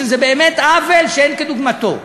שזה באמת עוול שאין כדוגמתו.